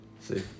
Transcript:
See